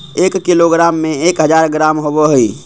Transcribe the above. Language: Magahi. एक किलोग्राम में एक हजार ग्राम होबो हइ